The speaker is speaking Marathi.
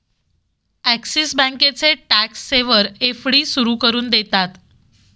ॲक्सिस बँकेचे टॅक्स सेवर एफ.डी सुरू करून देतात